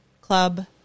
club